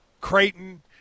Creighton